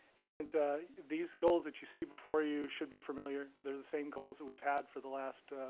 and these goals that you see before you should be familiar. they're the same goals that we've had for the last,